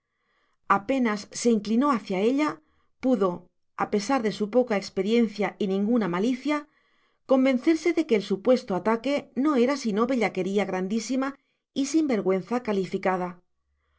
apenas se inclinó hacia ella pudo a pesar de su poca experiencia y ninguna malicia convencerse de que el supuesto ataque no era sino bellaquería grandísima y sinvergüenza calificada